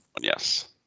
Yes